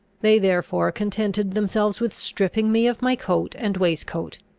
they therefore contented themselves with stripping me of my coat and waistcoat,